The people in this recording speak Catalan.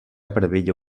preveia